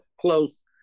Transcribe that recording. close